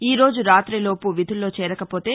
ఈరోజు రాతిలోపు విధుల్లో చేరకపోతే